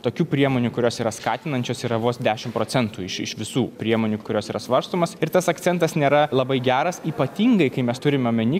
tokių priemonių kurios yra skatinančios yra vos dešimt procentų iš iš visų priemonių kurios yra svarstomas ir tas akcentas nėra labai geras ypatingai kai mes turim omeny